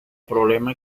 problema